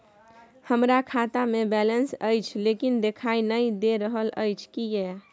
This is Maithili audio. हमरा खाता में बैलेंस अएछ लेकिन देखाई नय दे रहल अएछ, किये?